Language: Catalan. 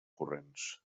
corrents